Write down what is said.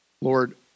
Lord